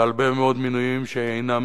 ועל הרבה מאוד מינויים שאינם